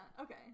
okay